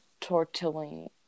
tortellini